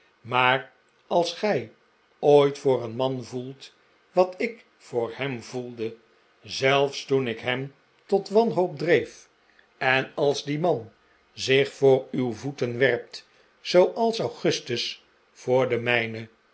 maar als gij ooit voor een man voelt wat ik voor hem voelde zelfs toen ik hem tot wanhoop dreef en als die man zich voor uw voeten werpt zooals c h a r i ty's zelf be s c huldtging augustus voor de mijne